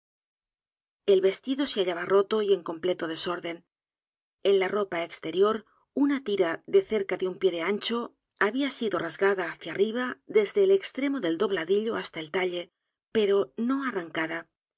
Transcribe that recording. el vestido se hallaba roto y en completo desorden en la ropa exterior una tira de cerca de u n pie de ancho había sido r a s g a d a hacia arriba desde el extremo del dobladillo hasta el talle pero no arrancada